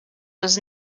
was